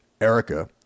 erica